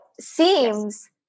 seems